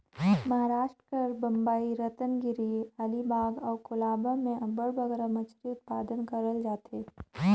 महारास्ट कर बंबई, रतनगिरी, अलीबाग अउ कोलाबा में अब्बड़ बगरा मछरी उत्पादन करल जाथे